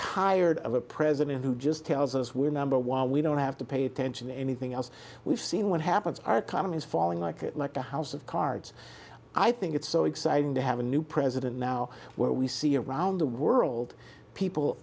tired of a president who just tells us we're number one we don't have to pay attention to anything else we've seen what happens our economy is falling like it like the house of cards i think it's so exciting to have a new president now where we see around the world people